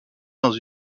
dans